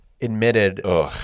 admitted